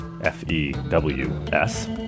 F-E-W-S